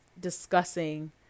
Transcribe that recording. discussing